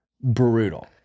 Brutal